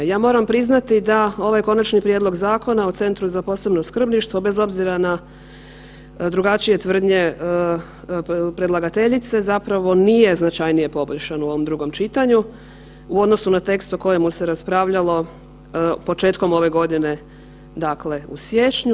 Ja moramo priznati da ovaj Konačni prijedlog zakona o Centru za posebno skrbništvo bez obzira na drugačije tvrdnje predlagateljice zapravo nije značajnije poboljšan u ovom drugom čitanju u odnosu na tekst o kojemu se raspravljalo početkom ove godine, dakle u siječnju.